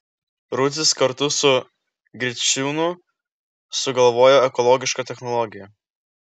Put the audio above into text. rudzis kartu su griciūnu sugalvojo ekologišką technologiją